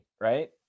right